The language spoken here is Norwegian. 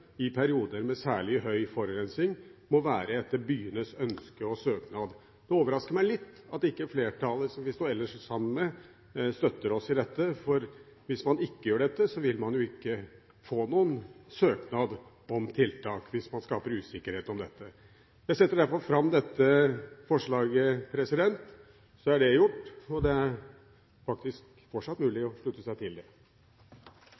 i perioder med særlig høy forurensning må være etter byenes ønske og søknad. Det overrasker meg litt at ikke flertallet som vi ellers står sammen med, støtter oss i dette, for hvis man ikke gjør dette, vil man ikke få noen søknad om tiltak – hvis man skaper usikkerhet om dette. Jeg setter derfor fram dette forslaget – så er det gjort. Og det er faktisk fortsatt